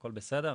הכל בסדר,